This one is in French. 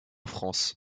france